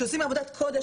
שעושים עבודת קודש,